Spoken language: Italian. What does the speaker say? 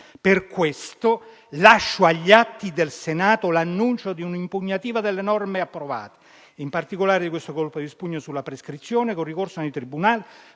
Per questo, lascio agli atti del Senato l'annuncio di un'impugnativa delle norme approvate, in particolare di questo colpo di spugna sulla prescrizione, con ricorso nei tribunali,